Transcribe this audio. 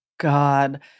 God